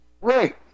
Right